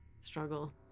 struggle